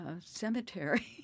cemetery